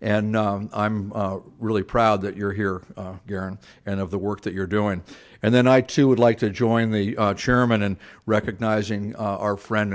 and i'm really proud that you're here again and of the work that you're doing and then i too would like to join the chairman and recognizing our friend